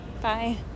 bye